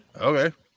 Okay